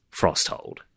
Frosthold